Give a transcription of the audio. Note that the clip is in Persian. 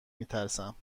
میترسم